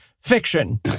fiction